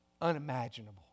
unimaginable